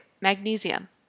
Magnesium